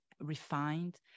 refined